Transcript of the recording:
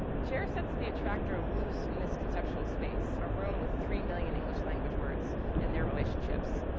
jer sets the attractor loose in this conceptual space, a room with three million english language words and their relationships.